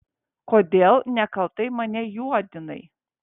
kodėl nekaltai mane juodinai